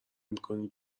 میکنی